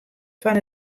fan